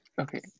Okay